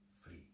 free